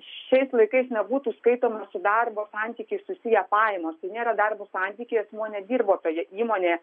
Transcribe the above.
šiais laikais nebūtų skaitoma su darbo santykiais susiję pajamos tai nėra darbo santykiai asmuo nedirbo toje įmonėje